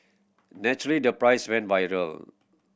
naturally the piece went viral